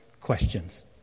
questions